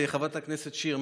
חברת הכנסת שיר,